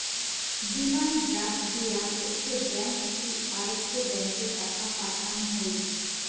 demand draft দিয়া একটো bank থাকি আরেকটো ব্যাংকে টাকা পাঠান হই